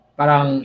parang